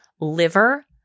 liver